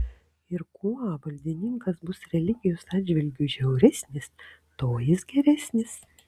ir kuo valdininkas bus religijos atžvilgiu žiauresnis tuo jis geresnis